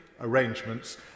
arrangements